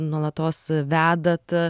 nuolatos vedat